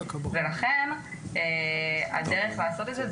ולכן הדרך לעשות את זה,